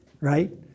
right